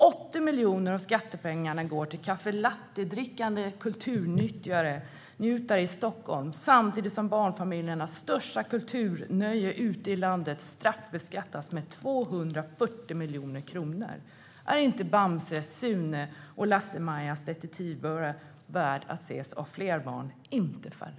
80 miljoner av skattepengarna går till kaffe latte-drickande kulturnjutare i Stockholm samtidigt som barnfamiljernas största kulturnöje ute i landet straffbeskattas med 240 miljoner kronor. Är inte filmerna om Bamse, Sune och Lasse-Majas Detektivbyrå värda att ses av fler barn, inte färre?